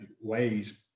ways